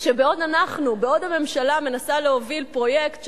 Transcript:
שבעוד שהממשלה מנסה להוביל פרויקט,